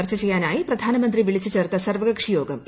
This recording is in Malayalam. ചർച്ച ചെയ്യാനായി പ്രധാനമന്ത്രി വിളിച്ചു ചേർത്ത സർവ്വകക്ഷി യോഗം ഇന്ന്